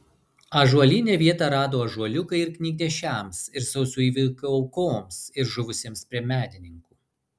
ąžuolyne vietą rado ąžuoliukai ir knygnešiams ir sausio įvykių aukoms ir žuvusiems prie medininkų